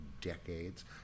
Decades